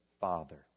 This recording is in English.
Father